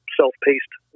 self-paced